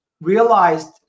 realized